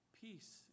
Peace